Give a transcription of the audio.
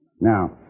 Now